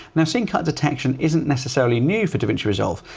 now scene cut detection isn't necessarily new for davinci resolve.